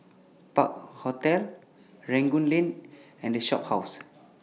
Park Hotel Rangoon Lane and The Shophouse